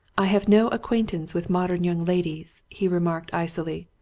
i have no acquaintance with modern young ladies, he remarked icily.